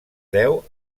deu